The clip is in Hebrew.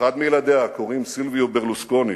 ולאחד מילדיה קוראים סילביו ברלוסקוני,